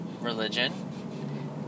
religion